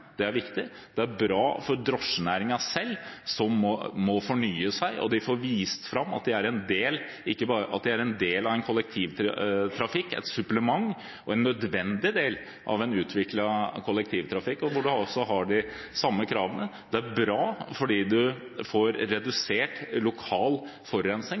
det er viktig – og det er bra for drosjenæringen selv, som må fornye seg, og som får vist fram at de er en del av kollektivtrafikken, et supplement, og en nødvendig del av en utviklet kollektivtrafikk hvor man også har de samme kravene. Det er bra fordi man får redusert lokal forurensning,